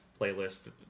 playlist